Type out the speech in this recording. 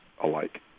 alike